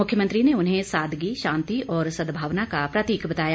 मुख्यमंत्री ने उन्हें सादगी शांति और सद्भावना का प्रतीक बताया